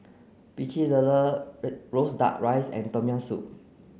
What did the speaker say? Pecel Lele roasted duck rice and tom yam soup